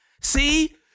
see